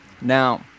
now